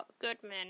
Goodman